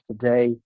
today